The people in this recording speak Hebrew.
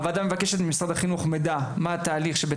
הוועדה מבקשת לקבל ממשרד החינוך מידע על התהליך שבית